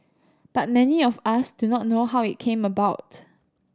but many of us do not know how it came about